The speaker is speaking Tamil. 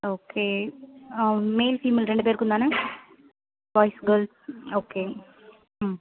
ஓகே ஆ மேல் ஃபீமேல் ரெண்டு பேருக்குந்தானே பாய்ஸ் கேர்ள்ஸ் ஓகே ம்